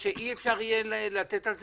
ושמעתי על זה